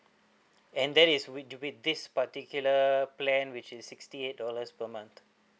and that is with with this particular plan which is sixty eight dollars per month